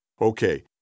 okay